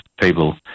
people